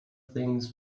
things